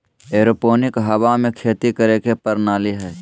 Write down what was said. aeroponic हवा में खेती करे के प्रणाली हइ